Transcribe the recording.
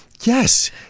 Yes